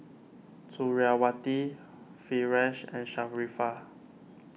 Suriawati Firash and Sharifah